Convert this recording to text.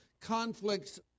Conflicts